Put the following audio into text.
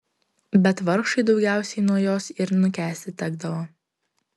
bet vargšui daugiausiai nuo jos ir nukęsti tekdavo